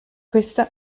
questa